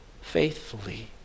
faithfully